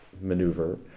Maneuver